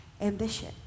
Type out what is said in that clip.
ambition